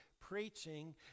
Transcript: preaching